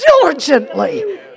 diligently